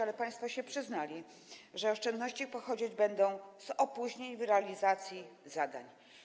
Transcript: Ale państwo się przyznali, że oszczędności pochodzić będą z opóźnień w realizacji zadań.